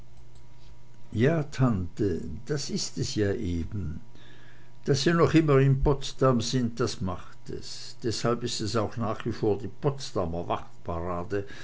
ja tante das ist es ja eben daß sie noch immer in potsdam sind das macht es deshalb ist es nach wie vor die potsdamer